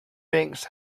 banks